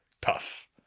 tough